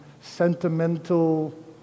sentimental